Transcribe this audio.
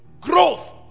Growth